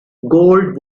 gold